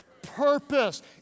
purpose